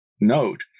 note